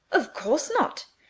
of course not!